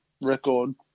record